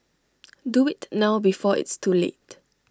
do IT now before it's too late